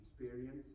experience